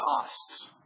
costs